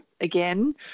again